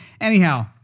anyhow